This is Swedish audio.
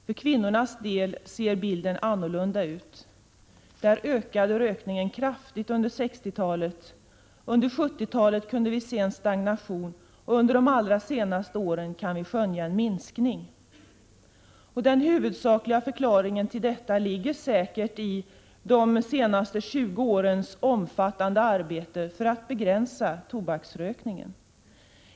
För kvinnors del ser bilden annorlunda ut: Där ökade rökningen kraftigt under 1960-talet, under 1970-talet blev det en stagnation och under de allra senaste åren kan vi skönja en minskning. Den huvudsakliga förklaringen till detta ligger säkert i de senaste 20 årens omfattande arbete för att begränsa tobaksrökningen.